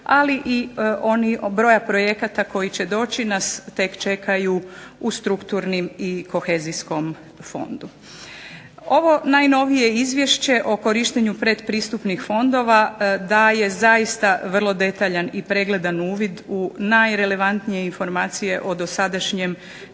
ali i broja projekata koji će doći nas tek čekaju u strukturnim i kohezijskom fondu. Ovo najnovije Izvješće o korištenju predpristupnih fondova daje zaista vrlo detaljan i pregledan uvid u najrelevantnije informacije o dosadašnjem